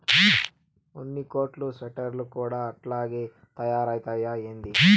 ఉన్ని కోట్లు స్వెటర్లు కూడా అట్టాగే తయారైతయ్యా ఏంది